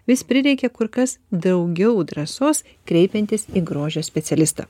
vis prireikia kur kas daugiau drąsos kreipiantis į grožio specialistą